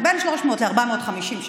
מעל 300. בין 300 ל-450 שקל,